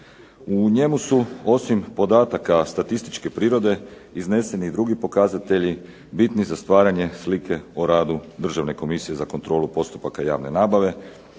U njemu su osim podataka statističke prirode izneseni i drugi pokazatelji bitni za stvaranje slike o radu Državne komisije za kontrolu postupaka javne nabave